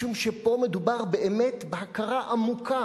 משום שפה מדובר באמת בהכרה עמוקה